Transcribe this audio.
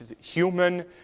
human